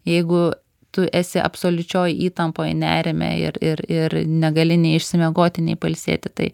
jeigu tu esi absoliučioj įtampoj nerime ir ir ir negali nei išsimiegoti nei pailsėti tai